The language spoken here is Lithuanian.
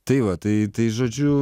tai va tai tai žodžiu